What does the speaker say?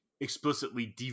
explicitly